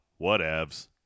Whatevs